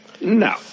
No